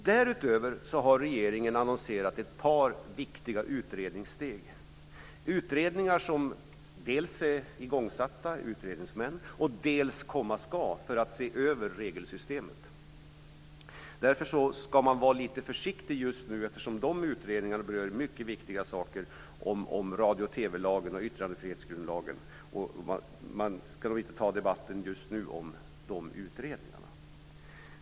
Därutöver har regeringen annonserat ett par viktiga utredningssteg. Det är utredningar som dels är igångsatta med utredningsmän, dels komma ska för att se över regelsystemet. Därför ska man vara lite försiktig just nu eftersom de utredningarna berör mycket viktiga saker om radio och TV-lagen och yttrandefrihetsgrundlagen. Debatten om de utredningarna ska inte tas just nu.